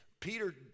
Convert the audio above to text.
Peter